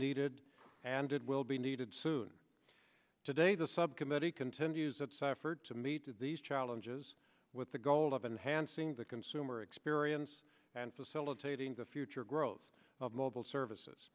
needed and it will be needed soon today the subcommittee continues its effort to meet these challenges with the goal of enhancing the consumer experience and facilitating the future growth of mobile services